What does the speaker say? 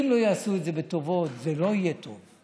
אם לא יעשו את זה בטובות, זה לא יהיה טוב.